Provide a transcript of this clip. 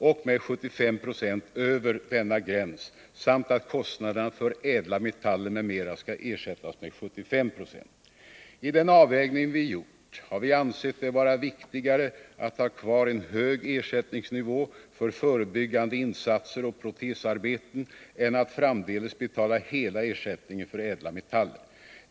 och med 75 26 över denna gräns samt att kostnaderna för ädla metaller m.m. skall ersättas med 75 26. I den avvägning vi gjort har vi ansett det vara viktigare att ha kvar en hög ersättningsnivå för förebyggande insatser och protesarbeten än att framdeles betala hela ersättningen för ädla metaller.